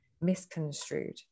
misconstrued